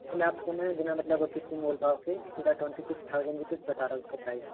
इसलिए आपको मैं बिना मतलब वो किसी मोल भाव के सीधा ट्वेंटी सिक्स थाऊजंड रुपीज़ बता रहा हूँ इसका प्राइज़